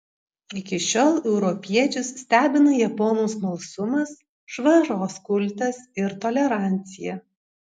iki šiol europiečius stebina japonų smalsumas švaros kultas ir tolerancija